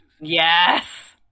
Yes